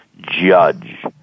judge